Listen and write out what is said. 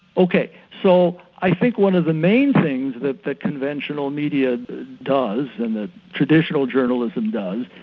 ok. so i think one of the main things that the conventional media does, and that traditional journalism does,